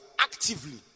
actively